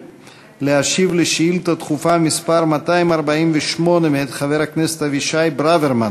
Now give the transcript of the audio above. להשיב על שאילתה דחופה מס' 248 מאת חבר הכנסת אבישי ברוורמן.